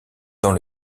dans